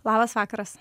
labas vakaras